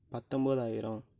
பத்தொம்போதாயிரம்